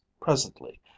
presently